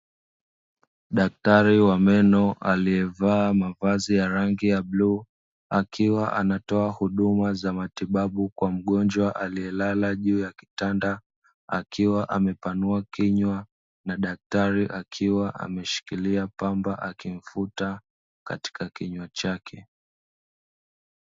Daktari wa meno aliyevaa mavazi ya rangi ya bluu, akiwa anatoa huduma za matibabu kwa mgonjwa aliyelala juu ya kitanda, akiwa amepanua kinywa na daktari akiwa ameshikilia pamba akimfuta katika kinywa chake.